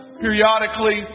periodically